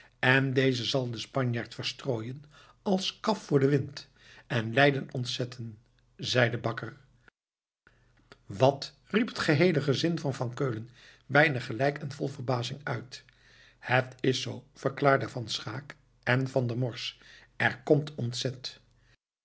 en deze zal den spanjaard verstrooien als kaf voor den wind en leiden ontzetten zeide bakker wat riep het geheele gezin van van keulen bijna tegelijk en vol verbazing uit het is zoo verklaarden van schaeck en van der morsch er komt ontzet